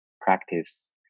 practice